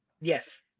Yes